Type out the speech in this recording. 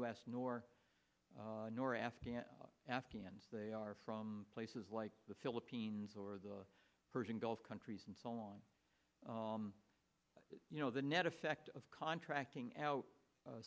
us nor nor afghan afghans they are from places like the philippines or the persian gulf countries and so on you know the net effect of contracting out